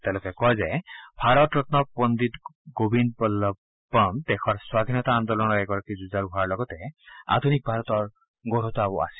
তেওঁলোকে কয় যে ভাৰত ৰম্ন পণ্ডিত গোবিন্দ বল্লভ পণ্ট দেশৰ স্বাধীনতা আন্দোলনৰ এগৰাকী যুঁজাৰু হোৱাৰ লগতে আধুনিক ভাৰতৰ গঢ়োতাও আছিল